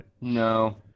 No